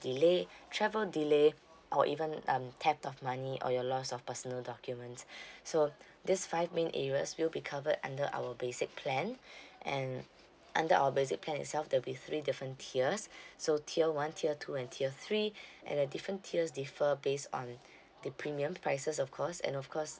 delay travel delay or even um theft of money or your loss of personal documents so this five main areas will be covered under our basic plan and under our basic plan itself there'll be three different tiers so tier one tier two and tier three and the different tiers differ based on the premium prices of course and of course